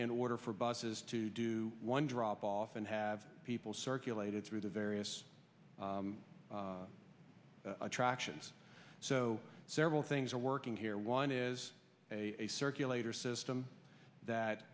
in order for buses to do one drop off and have people circulated through the various attractions so several things are working here one is a circulator system that